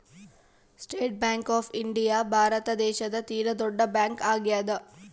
state Bank of India Bharat ದೇಶದ ತೀರ ದೊಡ್ಡ ಬ್ಯಾಂಕ್ ಆಗ್ಯಾದ